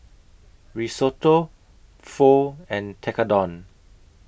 Risotto Pho and Tekkadon